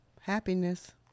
happiness